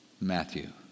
Matthew